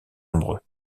nombreux